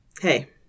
Hey